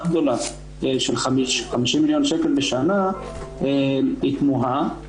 גדולה - 50 מיליון שקלים בשנה היא תמוהה.